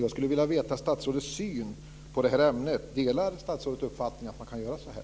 Jag skulle vilja veta vilken syn statsrådet har i det här ämnet. Delar statsrådet uppfattningen att man kan göra så här?